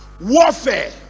warfare